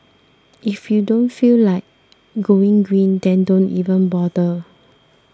if you don't feel like going green then don't even bother